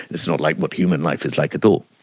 it's not like what human life is like at all.